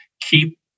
keep